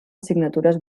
signatures